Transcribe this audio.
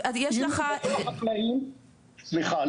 סליחה,